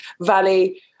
Valley